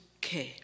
care